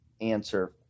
answer